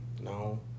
No